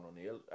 O'Neill